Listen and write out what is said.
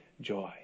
joy